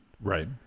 Right